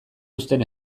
uzten